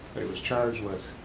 he was charged with,